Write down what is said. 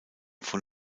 von